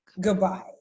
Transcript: goodbye